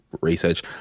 research